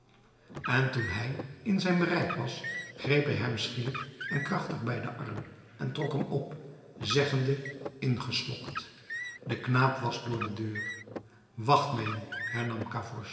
en toen hij in zijn bereik was greep hij hem schielijk en krachtig bij den arm en trok hem op zeggende ingeslokt de knaap was door de scheur wacht mij nu hernam